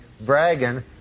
bragging